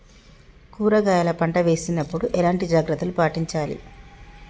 కూరగాయల పంట వేసినప్పుడు ఎలాంటి జాగ్రత్తలు పాటించాలి?